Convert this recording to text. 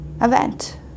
event